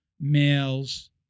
males